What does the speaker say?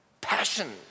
passion